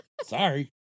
Sorry